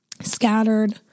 scattered